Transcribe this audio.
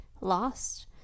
lost